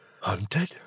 hunted